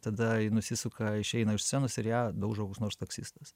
tada ji nusisuka išeina iš scenos ir ją daužo koks nors taksistas